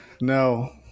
No